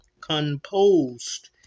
composed